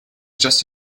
just